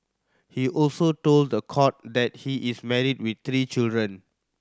he also told the court that he is married with three children